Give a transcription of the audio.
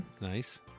Nice